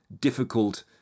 difficult